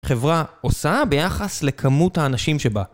חברה עושה ביחס לכמות האנשים שבה